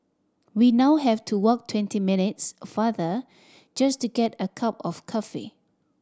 we now have to walk twenty minutes farther just to get a cup of coffee